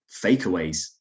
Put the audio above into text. fakeaways